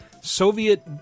Soviet